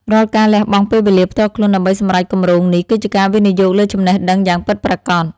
រាល់ការលះបង់ពេលវេលាផ្ទាល់ខ្លួនដើម្បីសម្រេចគម្រោងនេះគឺជាការវិនិយោគលើចំណេះដឹងយ៉ាងពិតប្រាកដ។